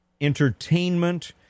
entertainment